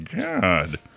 God